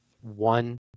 one